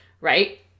right